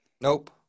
Nope